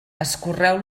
escorreu